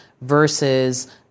versus